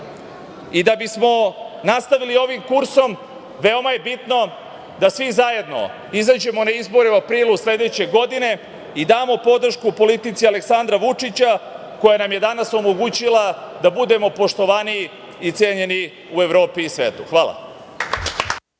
bismo nastavili ovim kursom, veoma je bitno da svi zajedno izađemo na izbore u aprilu sledeće godine i damo podršku politici Aleksandra Vučića, koja nam je danas omogućila da budemo poštovani i cenjeni u Evropi i svetu. Hvala.